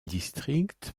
district